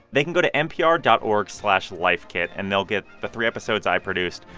they can go to npr dot org slash lifekit, and they'll get the three episodes i produced,